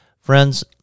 Friends